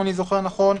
למשל עמידר,